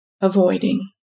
avoiding